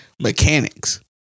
Mechanics